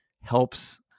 helps